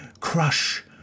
crush